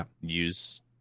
use